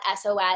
SOS